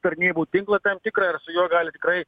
tarnybų tinklą tam tikrą ir su jo gali tikrai